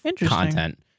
content